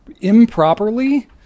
improperly